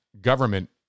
government